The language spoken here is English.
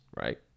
right